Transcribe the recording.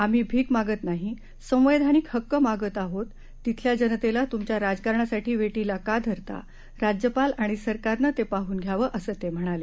आम्ही भीक मागत नाही संवैधानिक हक्क मागत आहोत तिथल्या जनतेला तुमच्या राजकारणासाठी वेठीला का धरता राज्यपाल आणि सरकारनं ते पाहून घ्यावं असं ते म्हणाले